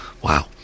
Wow